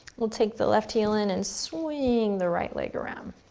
we'll take the left heel in and swing the right leg around.